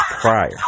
prior